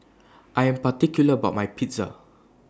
I Am particular about My Pizza